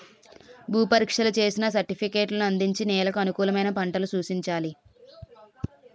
భూ పరీక్షలు చేసిన సర్టిఫికేట్లను అందించి నెలకు అనుకూలమైన పంటలు సూచించాలి